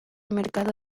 mercado